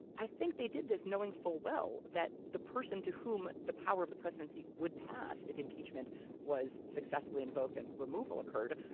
i think they did this knowing full well that the person to whom the power of the presidency would pass, if impeachment was successfully invoked and removal occurred,